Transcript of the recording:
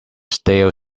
stale